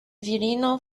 virino